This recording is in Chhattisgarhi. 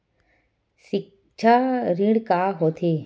सिक्छा ऋण का होथे?